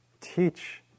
teach